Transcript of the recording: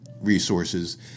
resources